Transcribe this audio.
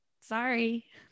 Sorry